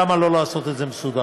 למה לא לעשות את זה מסודר?